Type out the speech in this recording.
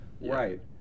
Right